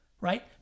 right